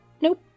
nope